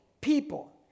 people